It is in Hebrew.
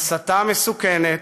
הסתה מסוכנת,